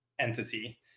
entity